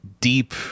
deep